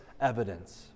evidence